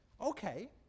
Okay